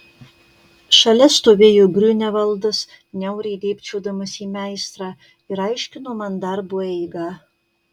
šalia stovėjo griunevaldas niauriai dėbčiodamas į meistrą ir aiškino man darbo eigą